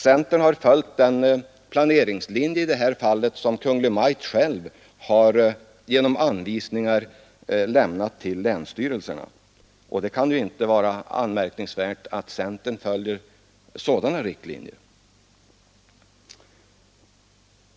Centern har i detta fall följt den planeringslinje som Kungl. Maj:t genom anvisningar lämnat till länsstyrelserna. Det kan inte vara anmärkningsvärt att centern följer sådana riktlinjer.